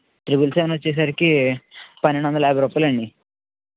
triple seven వచ్చేసరికి పన్నెండు వందల యాభై రూపాయలు అండి